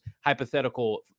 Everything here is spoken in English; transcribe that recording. hypothetical